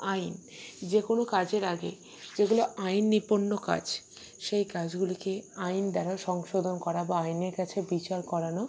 আইন যে কোনো কাজের আগে যেগুলো আইন নিপন্ন কাজ সেই কাজগুলিকে আইন দ্বারা সংশোধন করা বা আইনের কাছে বিচার করানো